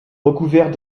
recouvert